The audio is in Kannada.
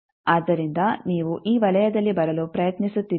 ಆದ್ದರಿಂದ ನೀವು ಈ ವಲಯದಲ್ಲಿ ಬರಲು ಪ್ರಯತ್ನಿಸುತ್ತಿದ್ದೀರಿ